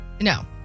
No